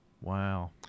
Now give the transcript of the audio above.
Wow